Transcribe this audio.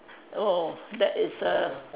oh that is a